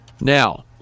Now